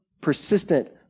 persistent